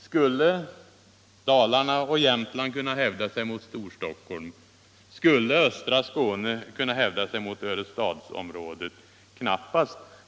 Skulle Dalarna och Jämtland kunna hävda sig mot Storstockholm, skulle östra Skåne kunna hävda sig mot Örestadsområdet? Knappast.